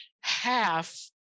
half